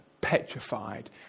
petrified